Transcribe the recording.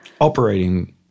Operating